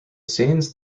scenes